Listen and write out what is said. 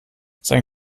sein